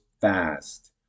fast